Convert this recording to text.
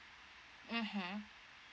mmhmm